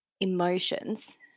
emotions